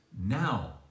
now